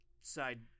side